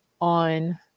on